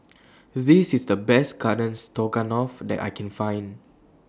This IS The Best Garden Stroganoff that I Can Find